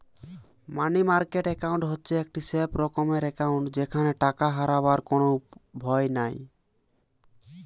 মানি market account হচ্ছে একটি safe রকমের একাউন্ট যেখানে টাকা হারাবার কোনো ভয় নাই